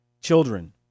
Children